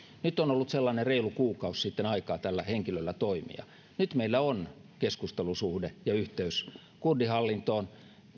nyt on ollut sellainen reilu kuukausi sitten aikaa tällä henkilöllä toimia nyt meillä on keskustelusuhde ja yhteys kurdihallintoon